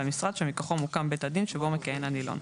המשרד שמכוחו מוקם בית הדין שבו מכהן הנילון.